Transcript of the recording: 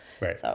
Right